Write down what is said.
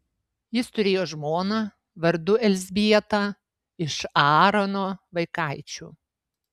jis turėjo žmoną vardu elzbietą iš aarono vaikaičių